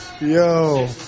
Yo